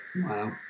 Wow